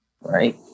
Right